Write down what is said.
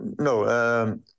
no